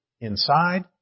inside